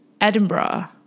Edinburgh